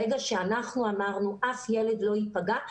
ברגע שאנחנו אמרנו שאף ילד לא ייפגע,